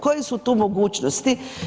Koje su tu mogućnosti?